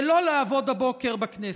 ולא לעבוד הבוקר בכנסת.